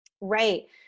Right